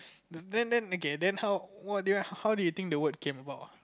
then then okay then how what did how do you think the word came about